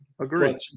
Agreed